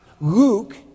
Luke